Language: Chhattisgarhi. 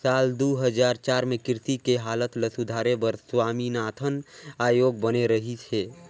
साल दू हजार चार में कृषि के हालत ल सुधारे बर स्वामीनाथन आयोग बने रहिस हे